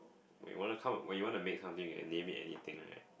when you wanna come up when you wanna make something and name it anything right